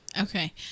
Okay